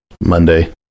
Monday